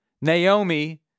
Naomi